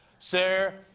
sir,